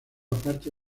parte